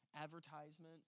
advertisement